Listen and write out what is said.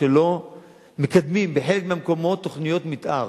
שלא מקדמים בחלק מהמקומות תוכניות מיתאר.